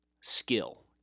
skill